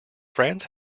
france